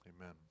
Amen